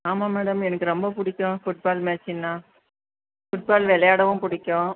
ஆமாம் மேடம் எனக்கு ரொம்ப பிடிக்கும் ஃபுட்பால் மேட்ச்சுன்னா ஃபுட்பால் விளையாடவும் பிடிக்கும்